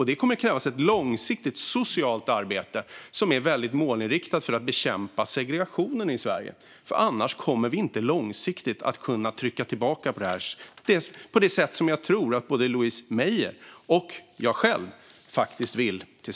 Det kommer att krävas ett långsiktigt socialt arbete som är väldigt målinriktat för att bekämpa segregationen i Sverige, för annars kommer vi inte långsiktigt att kunna trycka tillbaka utvecklingen, vilket jag tror att både jag och Louise Meijer vill.